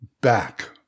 back